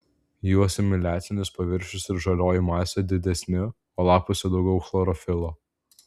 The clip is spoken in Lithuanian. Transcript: jų asimiliacinis paviršius ir žalioji masė didesni o lapuose daugiau chlorofilo